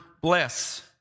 bless